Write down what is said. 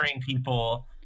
people